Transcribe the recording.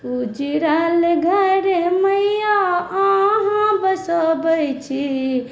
उजड़ल घर मैया अहाँ बसबै छी